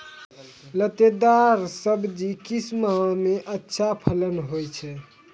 लतेदार दार सब्जी किस माह मे अच्छा फलन होय छै?